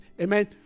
amen